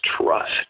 trust